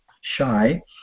shy